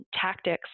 tactics